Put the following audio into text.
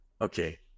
Okay